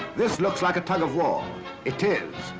this looks like a tug-of-war. it is,